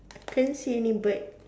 I can't see any bird